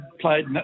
played